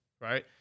right